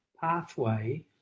pathway